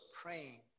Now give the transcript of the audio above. praying